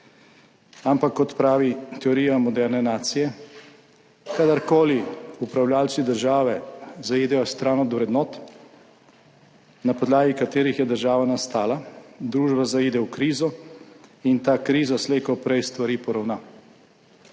Ampak, kot pravi teorija moderne nacije, kadarkoli upravljavci države zaidejo stran od vrednot, na podlagi katerih je država nastala, družba zaide v krizo in ta kriza slejkoprej stvari poravna.